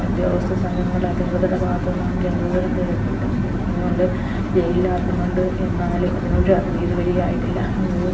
ഉദ്യോഗസ്ഥ സംഘങ്ങൾ അധികൃതരുടെ ഭാഗത്തുനിന്നാണെങ്കിലും എന്തോരം വീഡ് പിടിക്കുന്നുണ്ട് ജയിലിലാക്കുന്നുണ്ട് എന്നാലും ഇതിനൊരറുതി ഇതുവരെയുമായിട്ടില്ല ഇത്